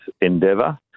Endeavour